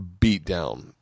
beatdown